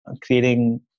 creating